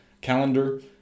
calendar